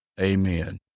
Amen